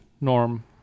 Norm